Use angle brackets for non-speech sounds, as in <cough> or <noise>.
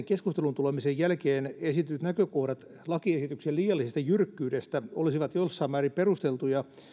<unintelligible> keskusteluun tulemisen jälkeen esitetyt näkökohdat lakiesityksen liiallisesta jyrkkyydestä olisivat jossain määrin perusteltuja